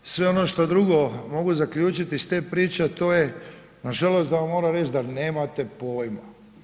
Sve ono što drugo mogu zaključiti iz te priče a to je nažalost da vam moram reći da nemate pojma.